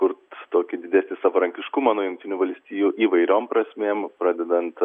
kurt tokį didesnį savarankiškumą nuo jungtinių valstijų įvairiom prasmėm pradedant